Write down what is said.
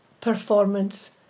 performance